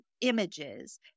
images